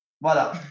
Voilà